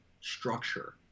structure